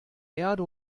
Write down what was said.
erde